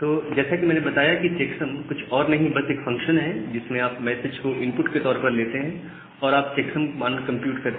तो जैसा कि मैंने बताया कि चेक्सम कुछ और नहीं बस एक फंक्शन है जिसमें आप मैसेज को इनपुट के तौर पर लेते हैं और आप चेक्सम मान कंप्यूट करते हैं